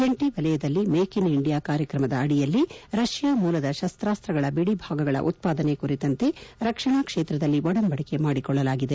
ಜಂಟ ವಲಯದಲ್ಲಿ make in India ಕಾರ್ಯಕ್ರಮದ ಅಡಿಯಲ್ಲಿ ರಷ್ಯಾ ಮೂಲದ ಶಸ್ತಾಸ್ತಗಳ ಬಿಡಿಭಾಗಗಳ ಉತ್ಪಾದನೆ ಕುರಿತಂತೆ ರಕ್ಷಣಾ ಕ್ಷೇತ್ರದಲ್ಲಿ ಒಡಂಬಡಿಕೆ ಮಾಡಿಕೊಳ್ಳಲಾಗಿದೆ